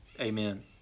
Amen